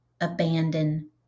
abandon